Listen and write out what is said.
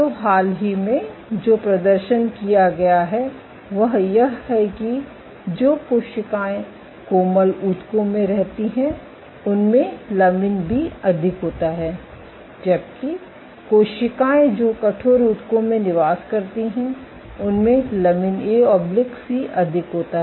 तो हाल ही में जो प्रदर्शन किया गया है वह यह है कि जो कोशिकाएं कोमल ऊतकों में रहती हैं उनमें लमिन बी अधिक होता है जबकि कोशिकाएं जो कठोर ऊतकों में निवास करती हैं उनमें लमिन एसी अधिक होता है